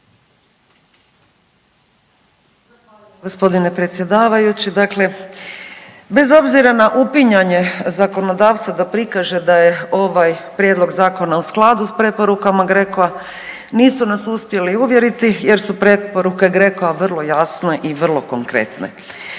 Gospodine predsjedavajući dakle, bez obzira na upinjanje zakonodavca da prikaže da je ovaj prijedlog zakona u skladu sa preporukama GRECO-a, nisu nas uspjeli uvjeriti jer su preporuke GRECO-a vrlo jasne i vrlo konkretne.